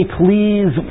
please